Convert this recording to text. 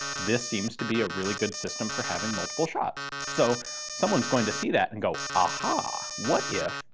this seems to be a really good system for having multiple shots. so someone's going to see that and go, aha, what if